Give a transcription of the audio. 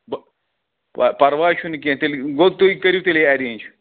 بہٕ پَرواے چھُنہٕ کیٚنٛہہ تیٚلہِ گوٚو تُہۍ کٔرِو تیٚلہِ اٮ۪رنٛج